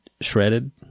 shredded